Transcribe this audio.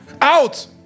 Out